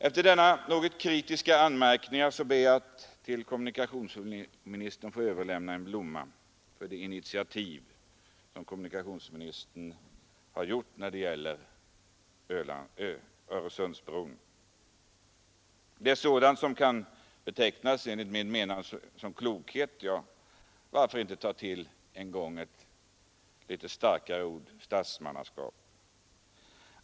Efter dessa något kritiska anmärkningar ber jag att till kommunikationsministern få överlämna en blomma för det initiativ han tagit när det gäller Öresundsbron. Det är sådant som kan betecknas som klokhet — ja, varför inte för en gångs skull ta till ett starkare ord: statsmannaskap.